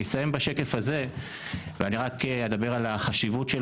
אני אסיים בשקף הזה ואני רק אדבר על החשיבות של